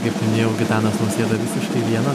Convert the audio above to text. kaip minėjau gitanas nausėda štai viena